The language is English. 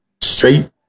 Straight